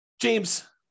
James